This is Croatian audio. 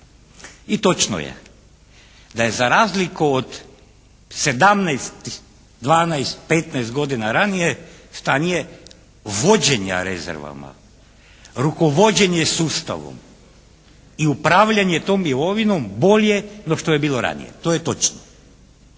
I točno je da je za razliku od 17, 12, 15 godina ranije stanje vođenja rezervama, rukovođenjem sustavom i upravljanje tom imovinom no što je bilo ranije. To je točno.